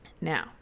Now